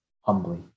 humbly